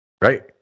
Right